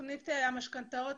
תוכנית המשכנתאות,